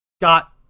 got